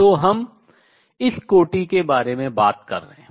तो हम इस कोटि के बारे में बात कर रहे हैं